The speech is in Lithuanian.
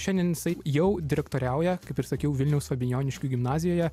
šiandien jisai jau direktoriauja kaip ir sakiau vilniaus fabijoniškių gimnazijoje